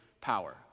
power